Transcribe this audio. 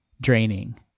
draining